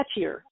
catchier